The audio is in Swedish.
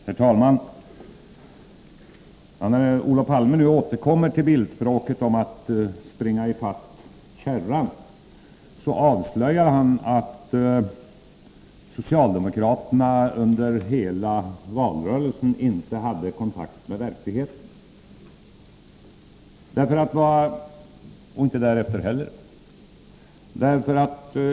Herr talman! När Olof Palme nu återkommer med sitt bildspråk och talar om att springa i fatt kärran, avslöjar han att socialdemokraterna saknade kontakt med verkligheten under hela valrörelsen — och också därefter.